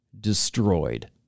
destroyed